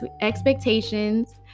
expectations